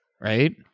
right